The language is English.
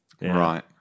right